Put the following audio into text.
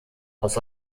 aus